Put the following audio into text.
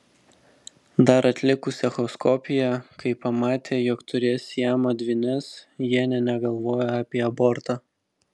dar atlikus echoskopiją kai pamatė jog turės siamo dvynes jie nė negalvojo apie abortą